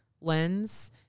lens